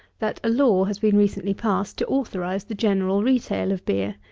that a law has been recently passed to authorize the general retail of beer.